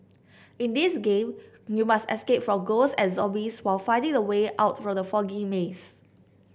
in this game you must escape from ghosts and zombies while finding the way out from the foggy maze